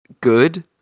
good